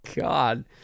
god